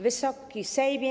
Wysoki Sejmie!